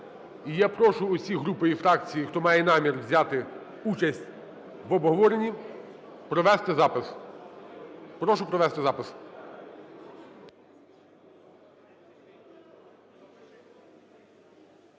я прошу всі групи і фракції, хто має намір взяти участь в обговоренні, провести запис. Прошу провести запис.